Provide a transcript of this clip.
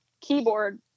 keyboard